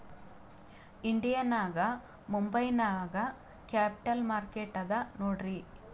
India ನಾಗ್ ಮುಂಬೈ ನಾಗ್ capital market ಅದಾ ನೋಡ್ರಿ